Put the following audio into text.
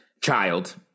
child